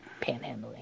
panhandling